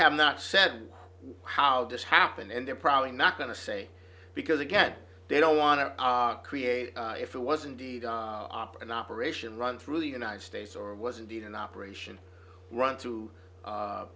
have not said how this happened and they're probably not going to say because again they don't want to create if it wasn't an operation run through the united states or was indeed an operation run through